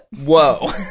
whoa